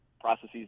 processes